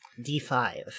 D5